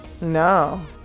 No